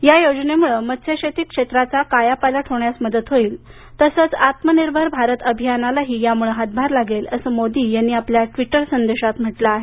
या योजनेमुळ मत्स्यशेती क्षेत्राचा कायापालट होण्यास मदत होईल तसच आत्मनिर्भर भारत अभियानालाही यामुळे हातभार लागेल असं मोदी यांनी आपल्या ट्विटर संदेशात म्हटलं आहे